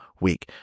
week